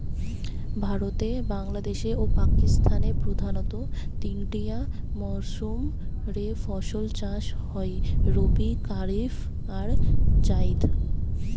ভারতে, বাংলাদেশে ও পাকিস্তানে প্রধানতঃ তিনটিয়া মরসুম রে ফসল চাষ হয় রবি, কারিফ আর জাইদ